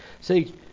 See